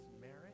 merit